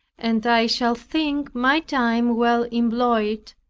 and i shall think my time well employed,